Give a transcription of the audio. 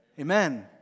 Amen